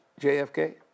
JFK